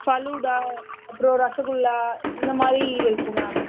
ஃபலூடா அப்புறம் ரசகுல்லா இந்த மாதிரி இருக்குது மேம்